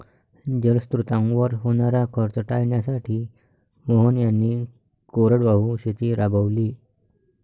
जलस्रोतांवर होणारा खर्च टाळण्यासाठी मोहन यांनी कोरडवाहू शेती राबवली